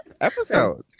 episode